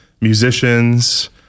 musicians